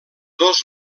dos